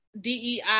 DEI